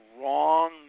wrong